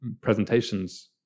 presentations